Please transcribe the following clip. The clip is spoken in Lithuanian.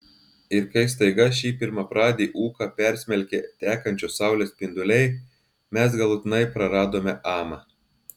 ir kai staiga šį pirmapradį ūką persmelkė tekančios saulės spinduliai mes galutinai praradome amą